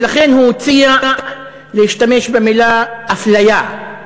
ולכן הוא הציע להשתמש במילה "אפליה".